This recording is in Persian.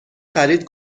خرید